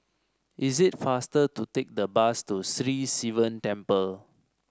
is it faster to take the bus to Sri Sivan Temple